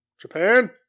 Japan